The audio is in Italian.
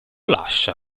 lascia